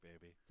baby